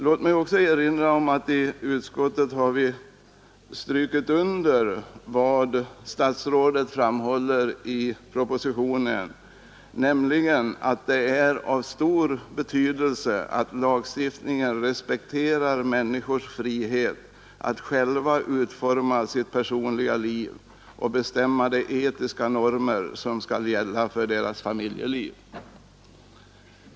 Låt mig också erinra om att vi i utskottet har strukit under vad statsrådet framhållit i propositionen, nämligen att det är av stor betydelse att lagstiftningen respekterar människors frihet att själva utforma sitt personliga liv och bestämma de etiska normer som skall gälla för deras familjeliv.